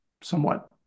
somewhat